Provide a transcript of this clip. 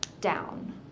Down